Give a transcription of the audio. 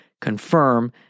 confirm